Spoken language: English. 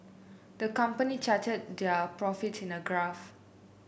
the company charted their profits in a graph